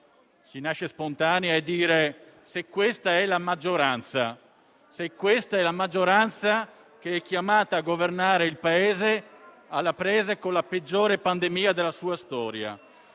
nasce spontanea è chiedersi se questa sia la maggioranza. È questa la maggioranza chiamata a governare il Paese alle prese con la peggiore pandemia della sua storia?